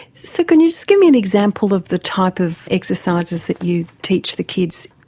so can you just give me an example of the type of exercises that you teach the kids?